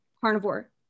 carnivore